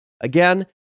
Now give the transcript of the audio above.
again